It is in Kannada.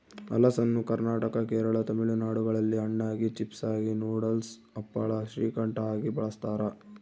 ಹಲಸನ್ನು ಕರ್ನಾಟಕ ಕೇರಳ ತಮಿಳುನಾಡುಗಳಲ್ಲಿ ಹಣ್ಣಾಗಿ, ಚಿಪ್ಸಾಗಿ, ನೂಡಲ್ಸ್, ಹಪ್ಪಳ, ಶ್ರೀಕಂಠ ಆಗಿ ಬಳಸ್ತಾರ